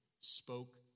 spoke